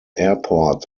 airports